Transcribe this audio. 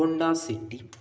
Honda city